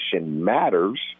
matters